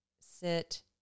sit